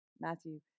Matthew